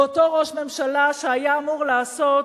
הוא אותו ראש ממשלה שהיה אמור לעשות,